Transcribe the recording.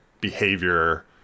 behavior